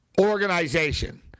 organization